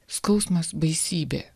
skausmas baisybė